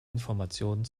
informationen